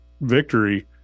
victory